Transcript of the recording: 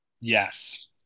Yes